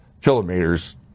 kilometers